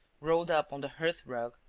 rolled up on the hearth-rug,